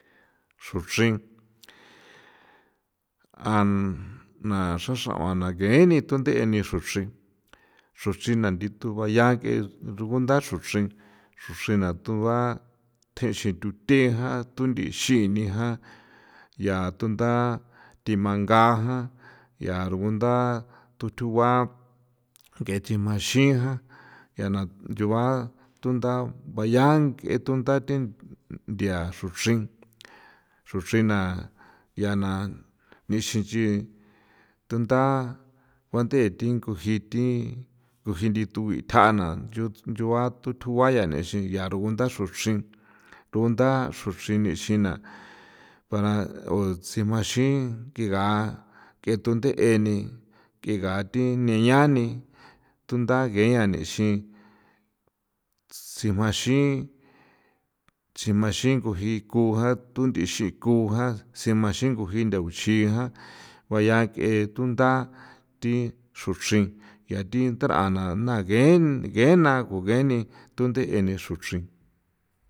Xruchrin a na xraxrauan na geni thunde eni xruchrin xruchrin na ndithu ba'ya ng'e rugunda xruchrin xruxrina tuba thjexi thuthe jan, tundi xini jan ya tunda thimanga jan, ya ruganda thu thugua ng'e thimaxi jan, ya na nchuban thuntha baya nk'e thuntha thi nthia xruchrin xruchrin na ya na mixin nch'i tunda juan ndethi nguji thi nguji ndithu bitjana nyu nyugua tu tjugua ya nixi ya rugunda xruchrin rugunda xruchrin nixina para o tsimaxin kega k'e thunde'e ni k'e gathi ne yani thuntha yeña nixin tsijmaxin nguji ku jan thunth'ixi ku jan, ximaxin nguji ndaguxi jan, baya ng'e thuntha thi xruchrin yathi ndar'a na na gen gena gu geni tunde'e ni xruchrin.